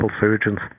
surgeons